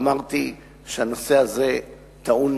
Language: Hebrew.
אמרתי שהנושא הזה טעון